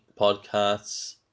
podcasts